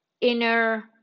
inner